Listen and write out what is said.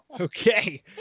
Okay